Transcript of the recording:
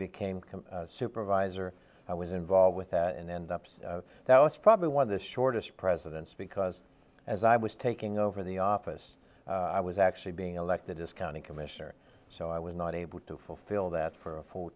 became supervisor i was involved with that and ups that was probably one of the shortest presidents because as i was taking over the office i was actually being elected as county commissioner so i was not able to fulfill that for a full